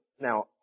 Now